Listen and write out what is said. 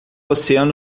oceano